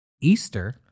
Easter